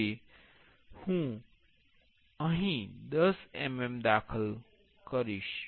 હવે હું અહીં 10 mm દાખલ કરીશ